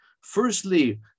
Firstly